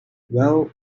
well